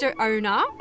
owner